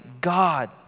God